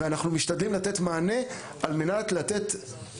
ואנחנו משתדלים לתת מענה על מנת לתת